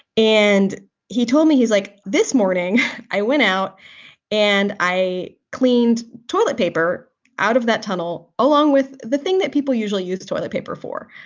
and he told me he's like this morning i went out and i cleaned toilet paper out of that tunnel along with the thing that people usually use toilet paper for.